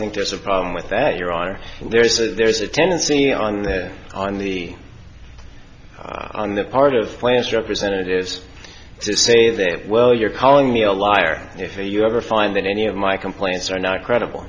think there's a problem with that your honor there's a there's a tendency on this on the on the part of players representatives to say that well you're calling me a liar if you ever find that any of my complaints are not credible